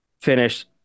finished